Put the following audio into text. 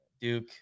Duke